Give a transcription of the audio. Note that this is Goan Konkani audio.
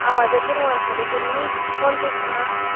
आवाजाचेर वळखलें तरी कोण तें सांग